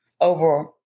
over